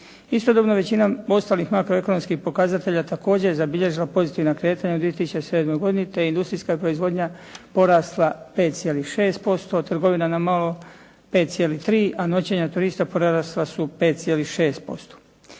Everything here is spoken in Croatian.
Istodobno većina ostalih makroekonomskih pokazatelja također je zabilježila pozitivna kretanja u 2007. godini te industrijska proizvodnja porasla 5,6%, trgovina na malo 5,3 a noćenja turista porasla su 5,6%.